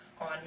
on